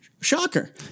shocker